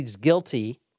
guilty